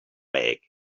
egg